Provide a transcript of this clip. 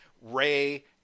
Ray